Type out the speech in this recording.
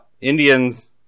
Indians